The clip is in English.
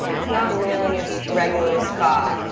it's not really a regular spa.